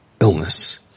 illness